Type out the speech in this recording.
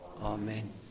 Amen